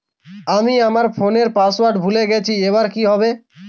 আমি আমার ফোনপের পাসওয়ার্ড ভুলে গেছি এবার কি হবে?